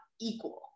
equal